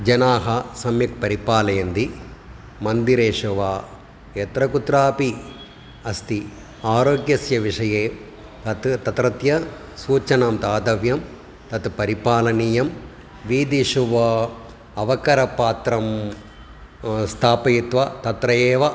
जनाः सम्यक् परिपालयन्ति मन्दिरेषु वा यत्र कुत्रापि अस्ति आरोग्यस्य विषये तत् तत्रत्य सूचनां दातव्यं तत् परिपालनीयं वीथीषु वा अवकरपात्रं स्थापयित्वा तत्रेव